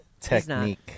technique